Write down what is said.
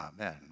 amen